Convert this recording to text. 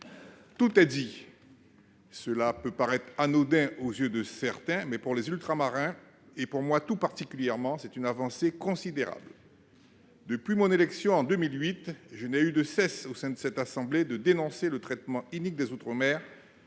Tout y est dit ! Cela peut paraître anodin aux yeux de certains, mais, pour les Ultramarins, et pour moi tout particulièrement, c'est une avancée considérable. Depuis mon élection en 2008, je n'ai eu de cesse au sein de cette assemblée de dénoncer le traitement inique des outre-mer